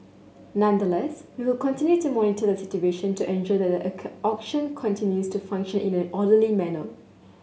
nonetheless we will continue to monitor the situation to ensure that the auction continues to function in an orderly manner